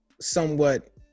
somewhat